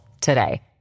today